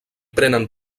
prenen